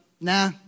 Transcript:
nah